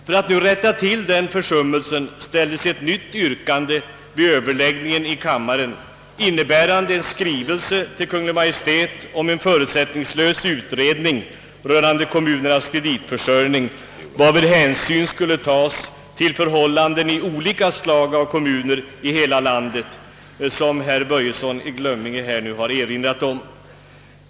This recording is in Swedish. För att rätta till denna försummelse ställdes vid överläggningen i kammaren ett nytt yrkande om en skrivelse till Kungl. Maj:t med begäran om en förutsättningslös utredning rörande kommunernas kreditförsörjning, varvid hänsyn skulle tas till förhållanden i olika slag av kommuner i hela landet, såsom herr Börjesson i Glömminge erinrade om.